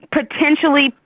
potentially –